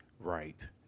right